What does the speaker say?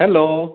hello